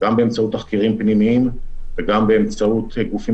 גם באמצעות תחקירים וגם באמצעות גופים